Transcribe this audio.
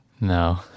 No